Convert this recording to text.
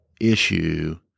issue